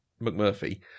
McMurphy